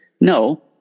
No